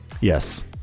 Yes